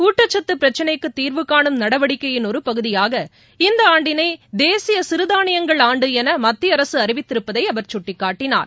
ஊட்டக்கத்துபிரச்சினைக்குதீர்வுகாணும் நடவடிக்கையின் ஒருபகுதியாக இந்தஆண்டினைதேசியசிறுதானியங்கள் ஆண்டுஎனமத்தியஅரகஅறிவித்திருப்பதைஅவர் கட்டிக்காட்டினார்